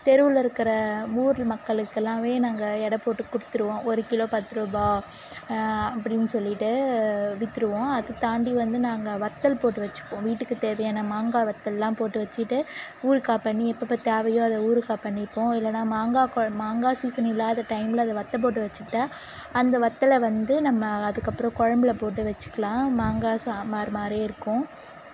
தெருவில் இருக்கிற ஊர் மக்களுக்கெல்லாமே நாங்கள் எடைப்போட்டு கொடுத்துருவோம் ஒரு கிலோ பத்து ருபா அப்படின்னு சொல்லிட்டு வித்துடுவோம் அதைத்தாண்டி வந்து நாங்கள் வற்றல் போட்டு வச்சுப்போம் வீட்டுக்குத் தேவையான மாங்காய் வற்றல்லாம் போட்டு வச்சுக்கிட்டு ஊறுகாய் பண்ணி எப்பப்ப தேவையோ அதை ஊறுகாய் பண்ணிப்போம் இல்லைன்னா மாங்காய் கொழ மாங்காய் சீசன் இல்லாத டைமில் அதை வற்ற போட்டு வச்சுட்டா அந்த வற்றல வந்து நம்ம அதுக்கப்புறம் கொழம்பில் போட்டு வச்சுக்கலாம் மாங்காய் சாம்பார் மாதிரியே இருக்கும்